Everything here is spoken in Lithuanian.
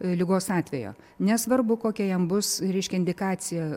ligos atvejo nesvarbu kokia jam bus reiškia indikacija